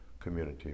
community